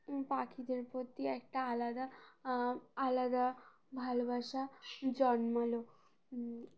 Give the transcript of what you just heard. পাখিদের প্রতি একটা আলাদা আলাদা ভালোবাসা জন্মালো